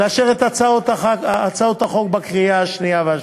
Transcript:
לאשר את הצעת החוק בקריאה השנייה והשלישית.